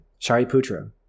Shariputra